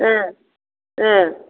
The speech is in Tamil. ஆ ஆ